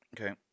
Okay